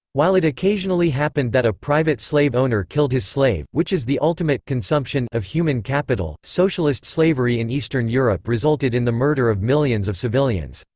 while it occasionally happened that a private slave owner killed his slave, which is the ultimate consumption of human capital, socialist slavery in eastern europe resulted in the murder of millions of civilians.